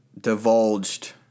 divulged